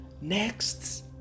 Next